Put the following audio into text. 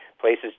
places